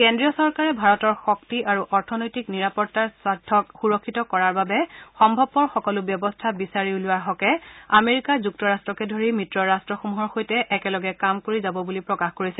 কেন্দ্ৰীয় চৰকাৰে ভাৰতৰ শক্তি আৰু অৰ্থনৈতিক নিৰাপত্তাৰ স্বাৰ্থক সুৰক্ষিত কৰাৰ বাবে সম্ভৱপৰ সকলো ব্যৱস্থা বিচাৰি উলিওৱাৰ হকে আমেৰিকা যুক্তৰাট্টকে ধৰি মিত্ৰ ৰাট্টসমূহৰ সৈতে একেলগে কাম কৰি যাব বুলি প্ৰকাশ কৰিছে